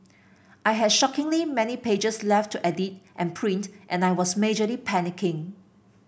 I had shockingly many pages left to edit and print and I was majorly panicking